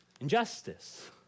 injustice